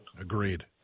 Agreed